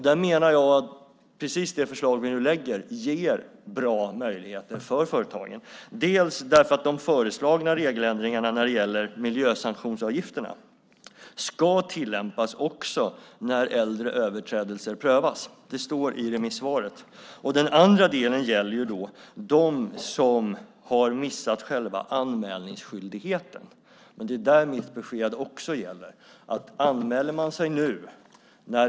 Där menar jag att precis det förslag som vi nu lägger fram ger bra möjligheter för företagen, därför att de föreslagna regeländringarna när det gäller miljösanktionsavgifterna ska tillämpas också när äldre överträdelser prövas. Det står i interpellationssvaret. Den andra delen gäller dem som har missat själva anmälningsskyldigheten. Där gäller också mitt besked.